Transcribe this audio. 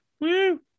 Woo